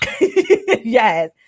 yes